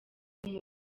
ntabwo